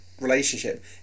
relationship